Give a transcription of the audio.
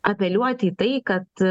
apeliuoti į tai kad